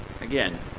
again